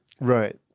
right